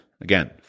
again